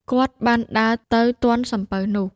គាត់បានដើរទៅទាន់សំពៅនោះ។